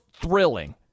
thrilling